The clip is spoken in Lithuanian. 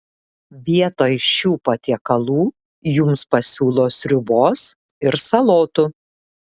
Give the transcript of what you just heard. vietoj šių patiekalų jums pasiūlo sriubos ir salotų